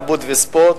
התרבות והספורט